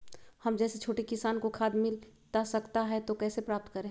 हम जैसे छोटे किसान को खाद मिलता सकता है तो कैसे प्राप्त करें?